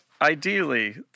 Ideally